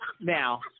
now